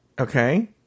okay